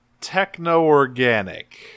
techno-organic